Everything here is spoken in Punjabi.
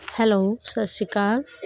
ਹੈਲੋ ਸਤਿ ਸ਼੍ਰੀ ਅਕਾਲ